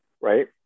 right